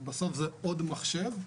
בסוף זה עוד מחשב,